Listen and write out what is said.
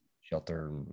shelter